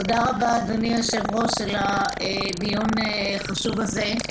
תודה רבה, אדוני היושב-ראש, על הדיון החשוב הזה.